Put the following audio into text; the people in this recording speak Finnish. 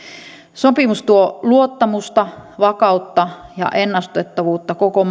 sopimus tuo luottamusta vakautta ja ennustettavuutta koko